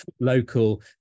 local